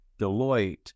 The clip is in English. deloitte